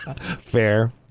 Fair